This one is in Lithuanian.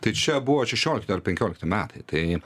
tai čia buvo šešiolikti ar penkiolikti metai tai